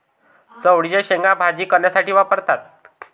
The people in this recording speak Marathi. चवळीच्या शेंगा भाजी करण्यासाठी वापरतात